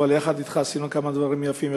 אבל יחד אתך עשינו כמה דברים יפים,